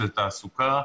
של תעסוקה,